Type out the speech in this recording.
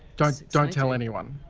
don't don't tell anyone!